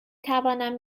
توانم